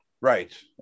Right